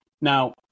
Now